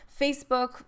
facebook